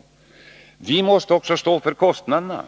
— också måste stå för kostnaderna.